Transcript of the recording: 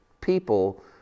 people